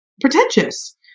pretentious